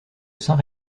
saint